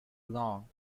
long